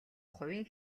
хувийн